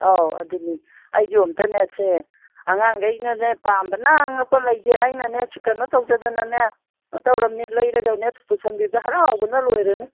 ꯑꯧ ꯑꯗꯨꯅꯤ ꯑꯩꯁꯨ ꯑꯝꯇꯅꯦ ꯑꯁꯦ ꯑꯉꯥꯡꯒꯩꯅꯅꯦ ꯄꯥꯝꯕꯅ ꯉꯛꯄ ꯂꯩꯇꯦ ꯑꯩꯅꯅꯦ ꯁꯤ ꯀꯩꯅꯣ ꯇꯧꯖꯗꯅꯅꯦ ꯇꯧꯔꯝꯅꯤ ꯂꯩꯔꯒꯅꯦ ꯄꯨꯁꯤꯟꯒꯤꯕꯗ ꯍꯔꯥꯎꯕꯅ ꯂꯣꯏꯔꯅꯤ